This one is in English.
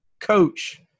coach